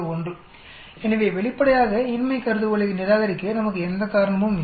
01 எனவே வெளிப்படையாக இன்மை கருதுகோளை நிராகரிக்க நமக்கு எந்த காரணமும் இல்லை